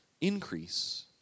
increase